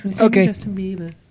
Okay